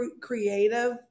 creative